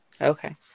Okay